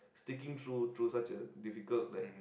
sticking through through such a difficult like